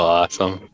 awesome